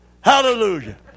Hallelujah